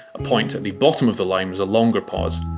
a point at the bottom of the line was a longer pause,